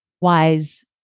wise